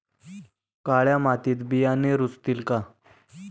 काळ्या मातीत बियाणे रुजतील का?